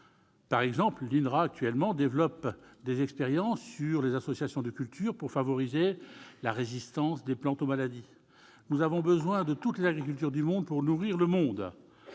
agronomique, l'INRA, développe en ce moment des expériences sur les associations de cultures pour favoriser la résistance des plantes aux maladies. Nous avons besoin de toutes les agricultures du monde pour nourrir le monde.